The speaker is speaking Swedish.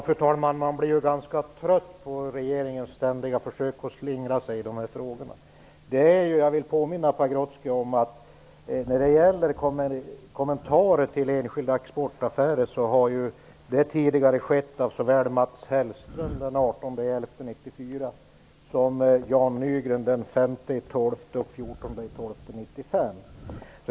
Fru talman! Man blir ganska trött på regeringens ständiga försök att slingra sig i de här frågorna. Jag vill påminna Leif Pagrotsky om att kommentarer till enskilda exportaffärer har tidigare fällts av såväl Mats Hellström, den 18 november 1994, som av Jan Nygren, den 5 och 14 december 1995.